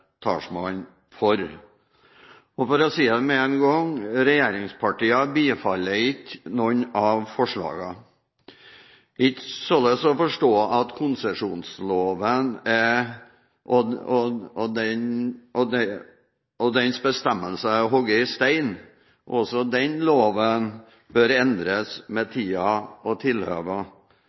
talsmann for. Og for å si det med en gang: Regjeringspartiene bifaller ikke noen av forslagene. Ikke slik å forstå at konsesjonsloven og dens bestemmelser er hugget i stein. Også denne loven bør endres med tiden og tilhøvene. Jeg minner om at konsesjonsloven ble endret så sent som i 2009, der formålet bl.a. var å